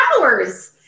hours